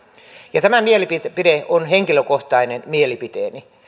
ja tämä mielipide on henkilökohtainen mielipiteeni